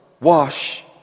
wash